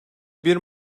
bir